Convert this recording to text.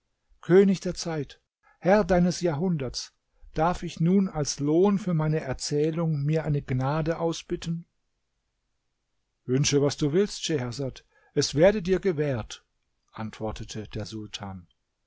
könig der zeit herr deines jahrhunderts darf ich nun als lohn für meine erzählung mir eine gnade ausbitten wünsche was du willst schehersad es werde dir gewährt antwortete der sultan